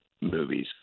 movies